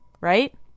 right